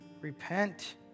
repent